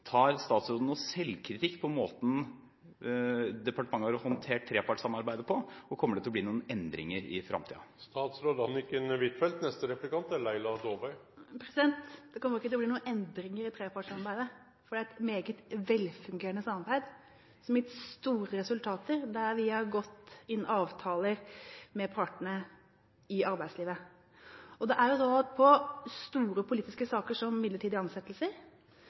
Tar statsråden noen selvkritikk på måten departementet har håndtert trepartssamarbeidet på, og kommer det til å bli noen endringer i fremtiden? Det kommer ikke til å bli noen endringer i trepartssamarbeidet, for det er et meget velfungerende samarbeid som har gitt store resultater, der vi har inngått avtaler med partene i arbeidslivet. Det er slik at i store politiske saker som midlertidige ansettelser,